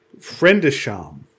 Friendisham